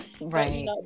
right